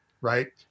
Right